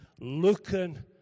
looking